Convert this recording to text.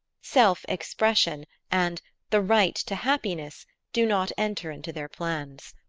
self-expression and the right to happiness do not enter into their plans.